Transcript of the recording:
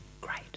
Great